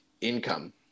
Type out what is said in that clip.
income